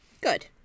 Good